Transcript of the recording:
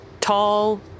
tall